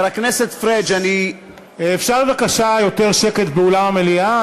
חבר הכנסת פריג' אפשר בבקשה יותר שקט באולם המליאה?